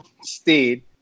stayed